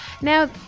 Now